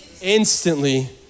instantly